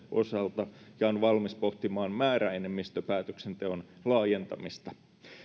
osalta ja on valmis pohtimaan määräenemmistöpäätöksenteon laajentamista